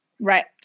right